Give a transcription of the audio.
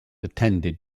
attended